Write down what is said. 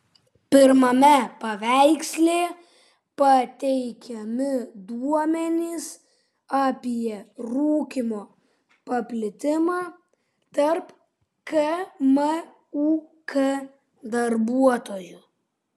pirmame paveiksle pateikiami duomenys apie rūkymo paplitimą tarp kmuk darbuotojų